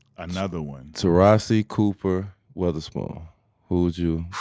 another one. taurasi, cooper, witherspoon. who would you